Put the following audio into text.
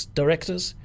directors